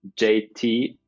JT